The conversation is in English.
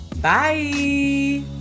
Bye